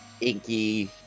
inky